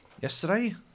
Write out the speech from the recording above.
yesterday